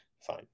fine